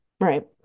Right